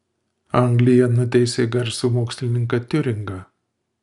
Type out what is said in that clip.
anglija nuteisė garsų mokslininką tiuringą